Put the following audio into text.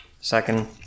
second